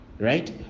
Right